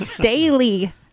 Daily